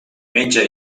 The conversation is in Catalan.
menja